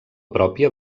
pròpia